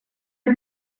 are